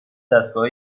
دستگاه